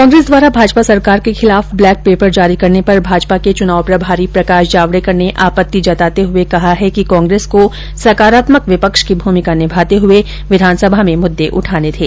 कांग्रेस द्वारा भाजपा सरकार के खिलाफ ब्लैक पेपर जारी करने पर भाजपा के चुनाव प्रभारी प्रकाश जावडेकर ने आपत्ति जताते हुए कहा है कि कांग्रेस को सकारात्मक विपक्ष की भूमिका निभाते हुए विधानसभा में मुद्दे उठाने थे